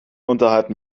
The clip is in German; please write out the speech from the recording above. unterhalten